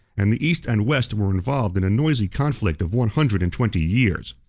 and the east and west were involved in a noisy conflict of one hundred and twenty years.